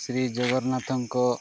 ଶ୍ରୀ ଜଗନ୍ନାଥଙ୍କ